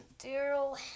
Daryl